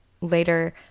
later